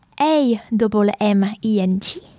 A-double-M-E-N-T